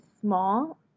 small